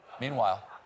Meanwhile